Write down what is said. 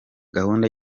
gahunda